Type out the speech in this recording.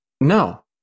No